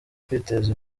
kwiteza